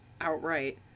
outright